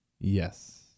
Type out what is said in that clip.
Yes